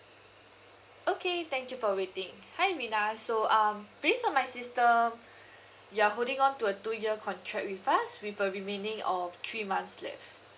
okay thank you for waiting hi rina so um based on my system you're holding on to a two year contract with us with a remaining of three months left